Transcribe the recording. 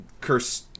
curse